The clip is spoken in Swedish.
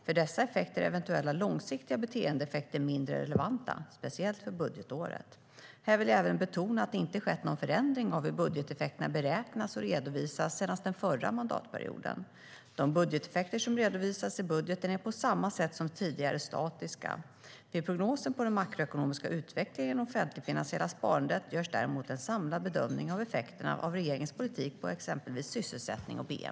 För dessa effekter är eventuella långsiktiga beteendeeffekter mindre relevanta, speciellt för budgetåret. Här vill jag även betona att det inte skett någon förändring av hur budgeteffekter beräknas och redovisas sedan den förra mandatperioden. De budgeteffekter som redovisas i budgeten är på samma sätt som tidigare statiska. Vid prognoser på den makroekonomiska utvecklingen och det offentligfinansiella sparandet görs däremot en samlad bedömning av effekterna av regeringens politik på exempelvis sysselsättning och bnp.